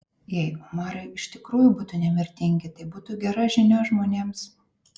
jei omarai iš tikrųjų būtų nemirtingi tai būtų gera žinia žmonėms